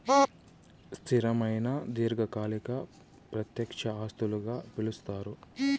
స్థిరమైన దీర్ఘకాలిక ప్రత్యక్ష ఆస్తులుగా పిలుస్తారు